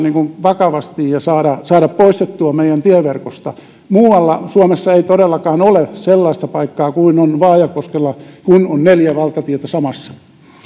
vakavasti ja pitää saada poistettua meidän tieverkosta muualla suomessa ei todellakaan ole sellaista paikkaa kuin on vaajakoskella kun on neljä valtatietä samassa